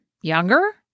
younger